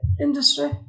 industry